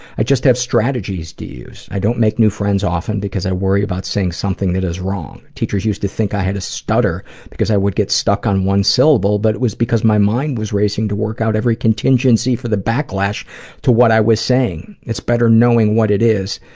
i just have strategies to use. i don't make new friends often because i worry about saying something that is wrong. teachers used to think i had a stutter because i would get stuck on one syllable, but it was because my mind was racing to work out every contingency for the backlash to what i was saying. it's better knowing what it is,